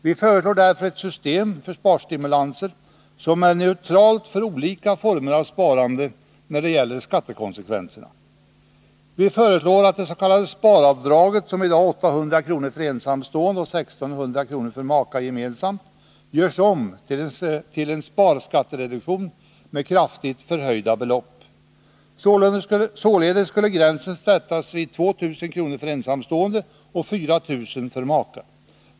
Vi föreslår därför ett system för sparstimulanser som är neutralt för olika former av sparande när det gäller skattekonsekvenserna. Vi föreslår att det s.k. sparavdraget, som i dag är 800 kr. för ensamstående och 1 600 kr. för makar gemensamt, görs om till en sparskattereduktion med kraftigt förhöjda belopp. Således skulle gränsen sättas vid 2 000 kr. för ensamstående och vid 4000 kr. för makar.